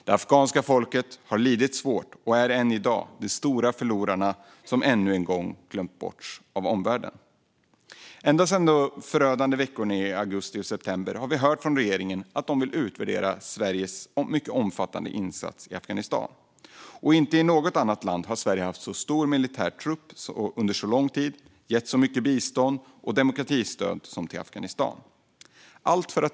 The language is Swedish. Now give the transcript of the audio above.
Det afghanska folket har lidit svårt och är än i dag de stora förlorarna som ännu en gång glöms bort av omvärlden. Ända sedan de förödande veckorna i augusti och september har vi hört från regeringen att den vill utvärdera Sveriges mycket omfattande insats i Afghanistan. Inte i något annat land har Sverige haft så stor militär trupp under så lång tid och gett så mycket bistånd och demokratistöd som till Afghanistan.